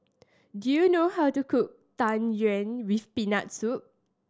do you know how to cook Tang Yuen with Peanut Soup